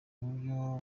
buryo